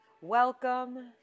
Welcome